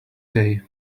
day